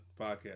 podcast